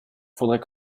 faudrait